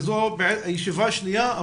זו הישיבה השנייה,